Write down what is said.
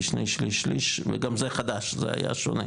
שני שליש/שליש וגם זה חדש זה היה שונה,